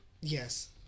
Yes